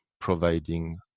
providing